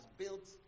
built